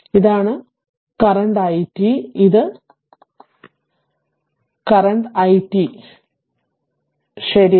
ഇതാണ് current i t ഇത് current i t ശരിയാണ്